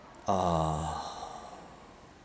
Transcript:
uh